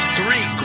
three